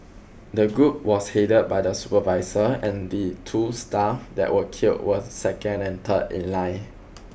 the group was headed by the supervisor and the two staff that were killed was second and third in line